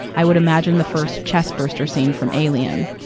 i would imagine the first chest-burster scene from alien.